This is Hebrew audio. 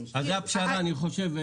אז זו הפשרה אני חושב.